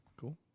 Cool